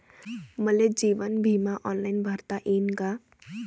मले जीवन बिमा ऑनलाईन भरता येईन का?